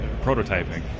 prototyping